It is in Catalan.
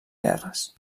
guerres